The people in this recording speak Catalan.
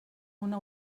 una